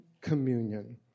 communion